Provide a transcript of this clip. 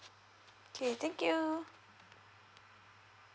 okay thank you